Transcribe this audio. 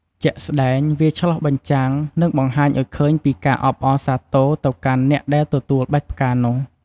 ជាក់ស្ដែង វាឆ្លុះបញ្ចាំង និងបង្ហាញឱ្យឃើញពីការអបអរសាទរទៅកាន់អ្នកដែលទទួលបាច់ផ្កានោះ។